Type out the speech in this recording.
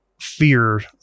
fear